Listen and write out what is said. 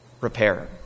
repair